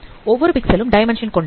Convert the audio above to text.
ஒவ்வொரு பிக்சல் ம் டைமென்ஷன் கொண்டது